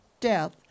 death